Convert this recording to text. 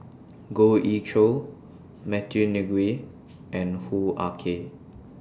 Goh Ee Choo Matthew Ngui and Hoo Ah Kay